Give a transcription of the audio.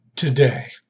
Today